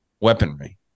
weaponry